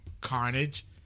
Carnage